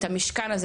את המשכן הזה,